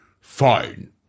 Fine